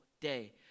day